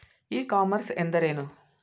E commerce ಎಂದರೇನು?